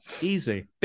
Easy